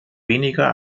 weniger